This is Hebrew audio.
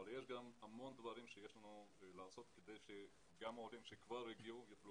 אבל יש המון דברים לעשות כדי שגם העולים שכבר הגיעו יוכלו